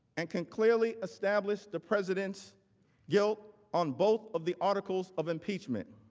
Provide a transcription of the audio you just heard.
and can clearly establish the president's guilt on both of the articles of impeachment.